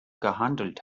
gehandelt